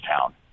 town